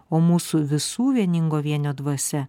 o mūsų visų vieningo vienio dvasia